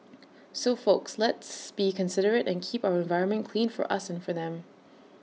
so folks let's be considerate and keep our environment clean for us and for them